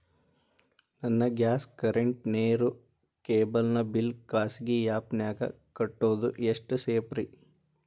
ನನ್ನ gas current, ನೇರು, cable ನ ಬಿಲ್ ಖಾಸಗಿ ಆ್ಯಪ್ ನ್ಯಾಗ್ ಕಟ್ಟೋದು ಎಷ್ಟು ಸೇಫ್ರಿ?